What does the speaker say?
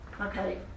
okay